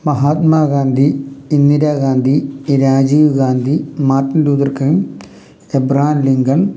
Mahatma Gandhi Indira Gandhi Rajiv Gandhi Martin Luther King Abraham Lincoln